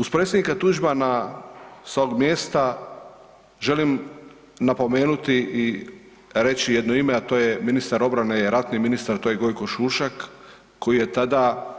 Uz predsjednika Tuđmana sa ovog mjesta želim napomenuti i reći jedno ime, a to je ministar obrane i ratni ministar, to je Gojko Šušak koji je tada